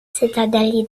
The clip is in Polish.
cytadeli